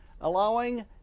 allowing